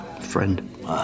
friend